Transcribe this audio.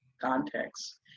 context